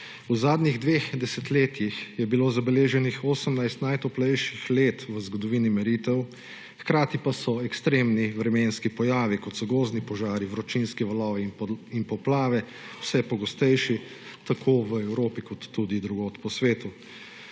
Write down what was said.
V zadnjih dveh desetletjih je bilo zabeleženih 18 najtoplejših let v zgodovini meritev, hkrati pa so ekstremni vremenski pojavi, kot so gozdni požari, vročinski vali in poplave vse pogostejši tako v Evropi kot tudi drugod po svetu.